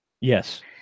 Yes